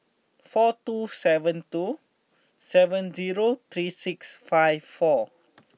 four two seven two seven zero three six five four